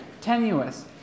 tenuous